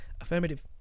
Affirmative